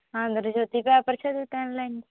Andhra Jyothi paper చదువుతాను లేండి